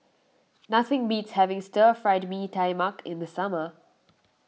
nothing beats having Stir Fried Mee Tai Mak in the summer